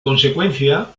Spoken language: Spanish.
consecuencia